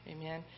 Amen